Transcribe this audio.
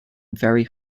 very